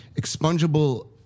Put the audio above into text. expungible